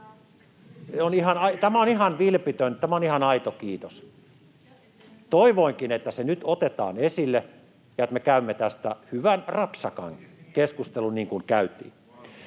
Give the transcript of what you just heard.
[Perussuomalaisten ryhmästä: Ja eteenpäin!] Toivoinkin, että se nyt otetaan esille, ja että me käymme tästä hyvän, rapsakan keskustelun, niin kuin käytiin.